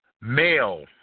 male